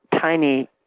tiny